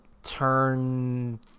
turn